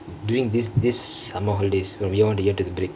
duringk this this summer holidays from year one to year two the break